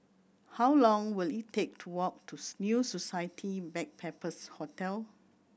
how long will it take to walk to New Society Backpackers' Hotel